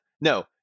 No